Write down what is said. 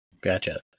Gotcha